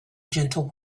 gentle